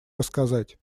рассказать